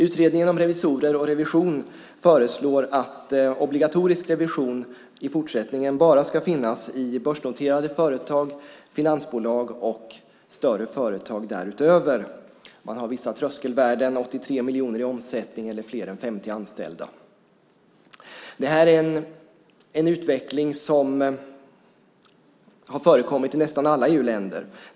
Utredningen om revisorer och revision föreslår att obligatorisk revision i fortsättningen bara ska finnas i börsnoterade företag, finansbolag och större företag därutöver. Man har vissa tröskelvärden: 83 miljoner i omsättning eller fler än 50 anställda. Det här är en utveckling som har förekommit i nästan alla EU-länder.